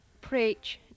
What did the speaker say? preach